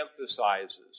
emphasizes